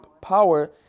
power